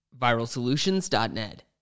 ViralSolutions.net